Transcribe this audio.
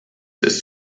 ist